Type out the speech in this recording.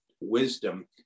wisdom